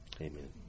Amen